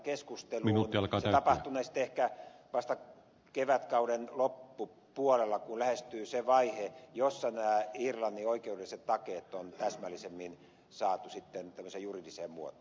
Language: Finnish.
se tapahtunee sitten ehkä vasta kevätkauden loppupuolella kun lähestyy se vaihe jossa nämä irlannin oikeudelliset takeet on täsmällisemmin saatu tämmöiseen juridiseen muotoon